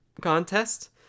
contest